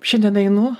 šiandien einu